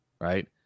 right